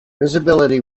visibility